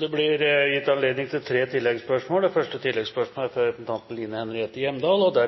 Det blir gitt anledning til tre oppfølgingsspørsmål – først Line Henriette Hjemdal. Det